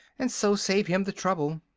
and so save him the trouble.